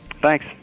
Thanks